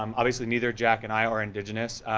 um obviously neither jack and i are indigenous,